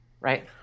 right